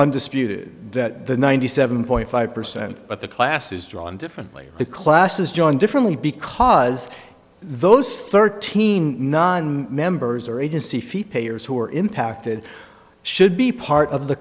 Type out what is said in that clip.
undisputed that ninety seven point five percent of the class is drawn differently the classes join differently because those thirteen non members are agency fee payers who are impacted should be part of the